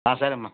సరే అమ్మ